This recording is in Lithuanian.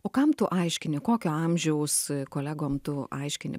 o kam tu aiškini kokio amžiaus kolegom tu aiškini